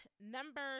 number